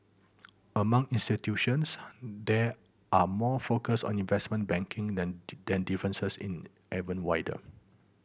among institutions that are more focused on investment banking difference is even wider